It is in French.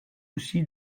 aussi